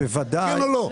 כן או לא?